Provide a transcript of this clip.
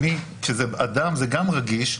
כשזה אדם זה גם רגיש.